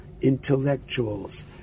intellectuals